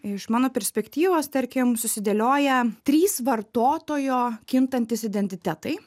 iš mano perspektyvos tarkim susidėlioja trys vartotojo kintantys identitetai